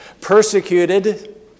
Persecuted